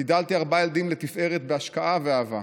גידלתי ארבעה ילדים לתפארת בהשקעה ואהבה.